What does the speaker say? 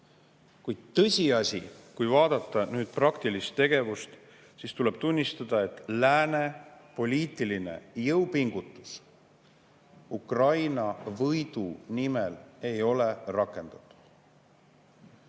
Kuid tõsiasi on see: kui vaadata praktilist tegevust, tuleb tunnistada, et lääne poliitiline jõupingutus Ukraina võidu nimel ei ole rakendunud.